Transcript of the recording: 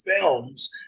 films